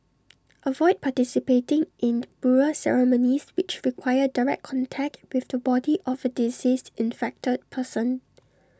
avoid participating in burial ceremonies which require direct contact with the body of A deceased infected person